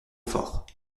fort